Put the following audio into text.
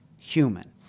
human